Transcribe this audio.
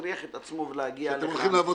הטריח את עצמו ולהגיע לכאן,